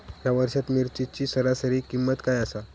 या वर्षात मिरचीची सरासरी किंमत काय आसा?